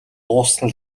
дууссан